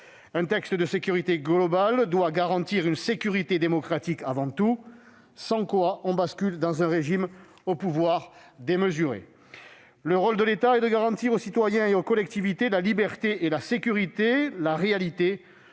Un texte de sécurité globale doit garantir une sécurité démocratique avant tout, sans quoi on bascule dans un régime aux pouvoirs démesurés. Le rôle de l'État est de garantir aux citoyens et aux collectivités la liberté et la sécurité ! La réalité